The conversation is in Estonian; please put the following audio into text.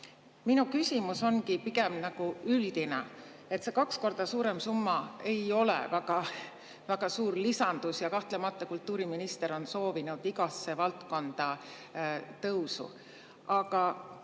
Minu küsimus ongi pigem üldine. See kaks korda suurem summa ei ole väga suur lisandus ja kahtlemata kultuuriminister on soovinud igasse valdkonda tõusu. Aga